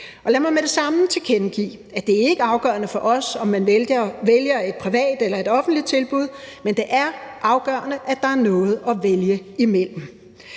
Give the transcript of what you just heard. lad mig med det samme tilkendegive, at det ikke er afgørende for os, om man vælger et privat eller et offentligt tilbud, men det er afgørende, at der er noget at vælge imellem.